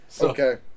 Okay